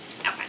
Okay